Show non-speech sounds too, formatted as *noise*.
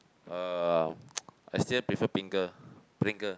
uh *noise* I still prefer pringle pringle